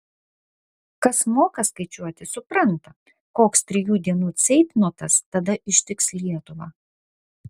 kas moka skaičiuoti supranta koks trijų dienų ceitnotas tada ištiks lietuvą